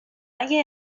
اگه